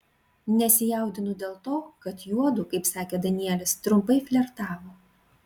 nesijaudinu dėl to kad juodu kaip sakė danielis trumpai flirtavo